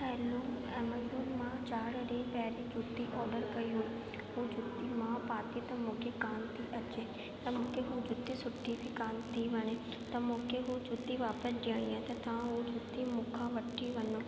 हलो Amazon मां चारि ॾीहुं पहरीं जुती ऑडर कई हुई हूअ जुती मां पाती त मूंखे कोन्ह थी अचे ऐं मूंखे हूअ जुती सुठी बि कोन्ह थी वणे त मूंखे हूअ जुती वापिसि ॼणी आहे त तव्हां हूअ जुती मूंखां वठंदी